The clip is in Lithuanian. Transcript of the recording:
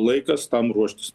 laikas tam ruoštis